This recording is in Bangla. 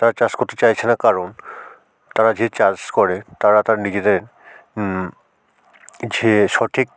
তারা চাষ করতে চাইছে না কারণ তারা যে চাষ করে তারা তার নিজেদের যে সঠিক